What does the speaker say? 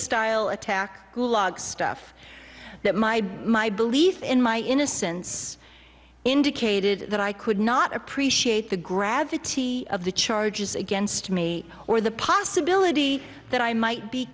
style attack gulag stuff that my my belief in my innocence indicated that i could not appreciate the gravity of the charges against me or the possibility that i might be